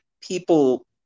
people